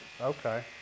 Okay